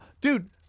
dude